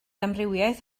amrywiaeth